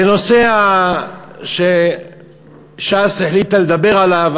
לנושא שש"ס החליטה לדבר עליו,